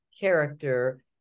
character